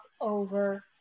over